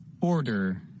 Order